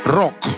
rock